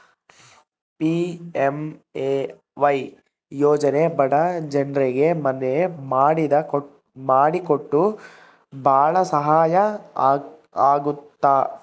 PMAY ಯೋಜನೆ ಬಡ ಜನ್ರಿಗೆ ಮನೆ ಮಾಡಿ ಕೊಟ್ಟು ಭಾಳ ಸಹಾಯ ಆಗುತ್ತ